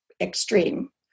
extreme